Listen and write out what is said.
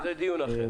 טוב, זה דיון אחר.